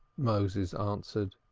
moses answered.